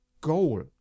goal